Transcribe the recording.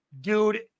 dude